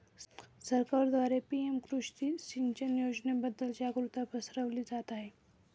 सरकारद्वारे पी.एम कृषी सिंचन योजनेबद्दल जागरुकता पसरवली जात आहे